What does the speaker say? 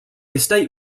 estate